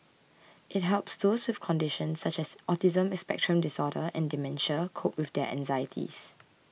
it helps those with conditions such as autism spectrum disorder and dementia cope with their anxieties